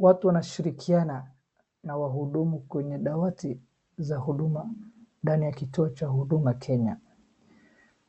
Watu wanashirikiana na wahudumu kwenye dawati za huduma ndani ya kutuo cha Huduma Kenya,